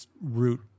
root